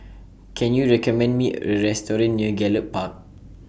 Can YOU recommend Me A Restaurant near Gallop Park